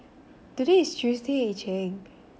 today is tuesday ee cheng